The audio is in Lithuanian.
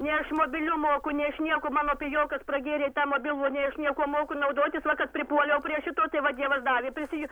nei aš mobiliu moku nei aš nieko mano pijokas pragėrė tą mobilų nei aš niekuo moku naudotis va kad pripuoliau prie šito tai va dievas davė prisi